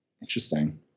Interesting